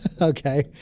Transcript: Okay